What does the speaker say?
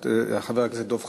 חבר הכנסת דב חנין.